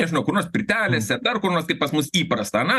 nežinau kur nors pirtelėse dar kur nors kaip pas mus įprasta ar ne